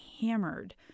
hammered